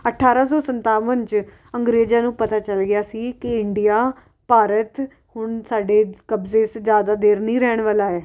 ਅਠਾਰਾਂ ਸੌ ਸੰਤਾਵਨ 'ਚ ਅੰਗਰੇਜ਼ਾਂ ਨੂੰ ਪਤਾ ਚੱਲ ਗਿਆ ਸੀ ਕਿ ਇੰਡੀਆ ਭਾਰਤ ਹੁਣ ਸਾਡੇ ਕਬਜ਼ੇ 'ਚ ਜ਼ਿਆਦਾ ਦੇਰ ਨਹੀਂ ਰਹਿਣ ਵਾਲਾ ਹੈ